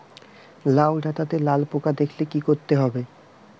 লাউ ডাটাতে লাল পোকা দেখালে কি করতে হবে?